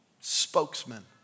spokesman